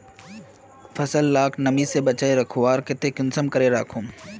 फसल लाक नमी से बचवार केते कुंसम करे राखुम?